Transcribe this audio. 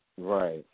right